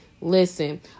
listen